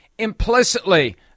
implicitly